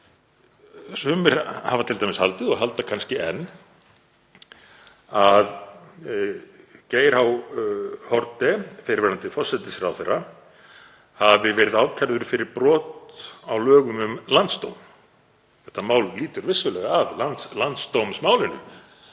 Sumir hafa t.d. haldið og halda kannski enn að Geir H. Haarde, fyrrverandi forsætisráðherra, hafi verið ákærður fyrir brot á lögum um landsdóm. Þetta mál lýtur vissulega að landsdómsmálinu